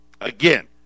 again